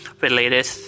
related